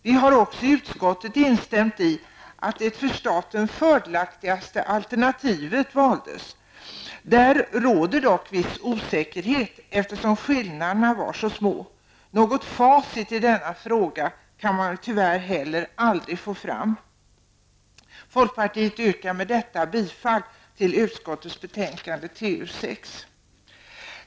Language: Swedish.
Vi har också i utskottet instämt i att det för staten fördelaktigaste alternativet valdes. Där råder dock viss osäkerhet, eftersom skillnaderna var så små. Något facit i denna fråga kan man tyvärr heller aldrig få fram. Folkpartiet yrkar med detta bifall till utskottets hemställan i betänkande TU6.